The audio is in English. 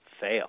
fail